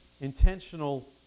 Intentional